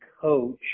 coach